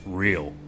real